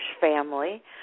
family